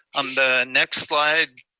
on the next slide,